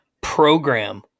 program